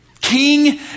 King